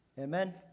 Amen